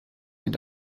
and